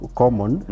common